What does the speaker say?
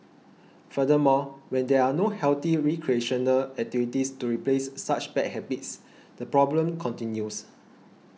furthermore when there are no healthy recreational activities to replace such bad habits the problem continues